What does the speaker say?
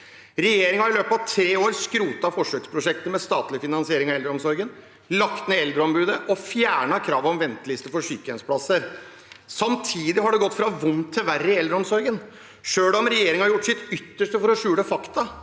Regjeringen har i løpet av tre år skrotet forsøksprosjektet med statlig finansiering av eldreomsorgen, lagt ned Eldreombudet og fjernet kravet om venteliste for sykehjemsplasser. Samtidig har det gått fra vondt til verre i eldreomsorgen – selv om regjeringen har gjort sitt